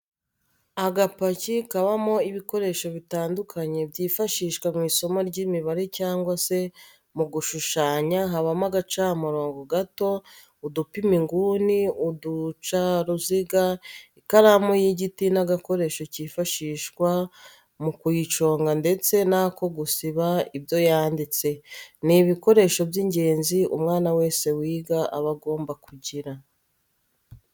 Agapaki kabamo ibikoresho bitandukanye byifashishwa mw'isomo ry'imibare cyangwa se mu gushushanya habamo agacamurobo gato, udupima inguni, uducaruziga ,ikaramu y'igiti n'agakoresho kifashishwa mu kuyiconga ndetse n'ako gusiba ibyo yanditse, ni ibikoresho by'ingenzi umwana wese wiga aba agomba kugira.